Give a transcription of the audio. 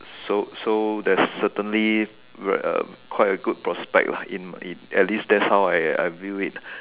so so that's certainly quite a good prospect lah in in at least that's how I view it